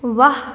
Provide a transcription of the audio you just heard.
ਵਾਹ